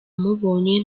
umubonye